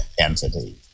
entity